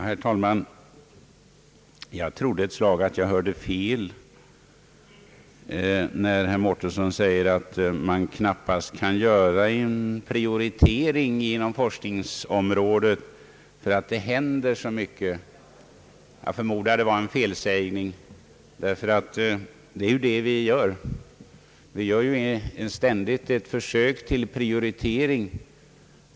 Herr talman! Jag trodde ett slag att jag hörde fel, när herr Mårtensson sade att det knappast kan göras en prioritering inom forskningsområdet, därför att det händer så mycket. Jag förmodar att det var en felsägning. Vi gör ju ständigt försök till prioritering!